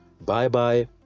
Bye-bye